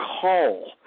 call